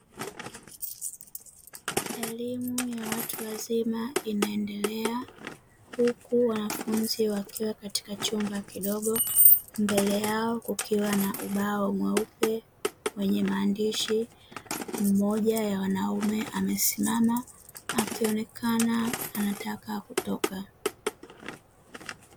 Elimu ya watu wazima inaendelea huku wanafunzi wakiwa katika chumba kidogo, mbele yao kukiwa na ubao mweupe wenye maandishi, mmoja ya wanaume amesimama akionekana anataka kutoka.